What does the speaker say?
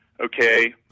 okay